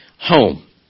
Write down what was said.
Home